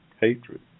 hatred